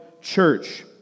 church